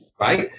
right